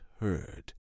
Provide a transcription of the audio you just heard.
heard